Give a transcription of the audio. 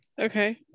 Okay